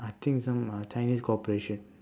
I think some uh chinese corporation